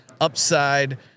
upside